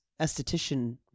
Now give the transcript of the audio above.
esthetician